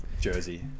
Jersey